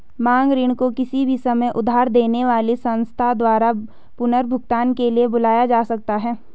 मांग ऋण को किसी भी समय उधार देने वाली संस्था द्वारा पुनर्भुगतान के लिए बुलाया जा सकता है